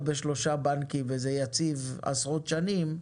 בשלושה בנקים וזה יציב עשרות שנים,